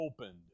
opened